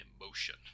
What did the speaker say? emotion